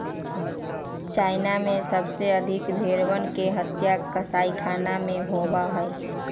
China में सबसे अधिक भेंड़वन के हत्या कसाईखाना में होबा हई